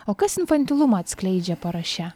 o kas infantilumą atskleidžia paraše